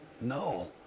No